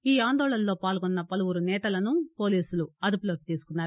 ఈ ఆందోళనలో పాల్గొన్న పలువురు నేతలను పోలీసులు అదుపులో తీసుకున్నారు